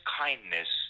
kindness